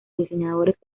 diseñadores